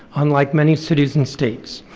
unlike many cities and states.